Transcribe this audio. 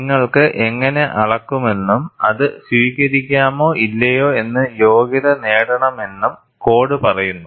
നിങ്ങൾക്ക് എങ്ങനെ അളക്കുമെന്നും അത് സ്വീകരിക്കാമോ ഇല്ലയോ എന്ന് യോഗ്യത നേടണമെന്നും കോഡ് പറയുന്നു